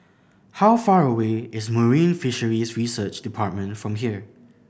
how far away is Marine Fisheries Research Department from here